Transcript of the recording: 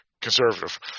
conservative